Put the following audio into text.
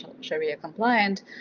Sharia-compliant